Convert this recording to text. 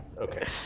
Okay